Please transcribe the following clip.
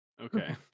Okay